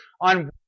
on